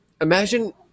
Imagine